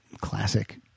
Classic